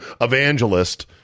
evangelist